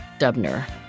Dubner